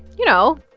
you know.